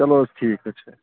چلو حظ ٹھیٖک حظ چھُ